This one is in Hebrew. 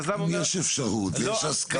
אם יש אפשרות, אם יש הסכמה.